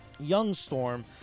Youngstorm